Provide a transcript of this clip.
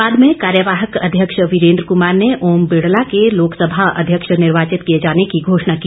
बाद में कार्यवाहक अध्यक्ष वीरेन्द्र कमार ने ओम बिडला के लोकसभा अध्यक्ष निर्वाचित किए जाने की घोषणा की